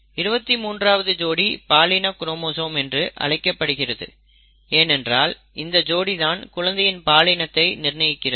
23 ஆவது ஜோடி பாலின க்ரோமோசோம் என்று அழைக்கப்படுகிறது ஏனென்றால் இந்த ஜோடி தான் குழந்தையின் பாலினத்தை நிர்ணயிக்கிறது